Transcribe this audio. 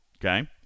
okay